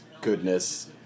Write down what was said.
goodness